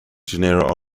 genera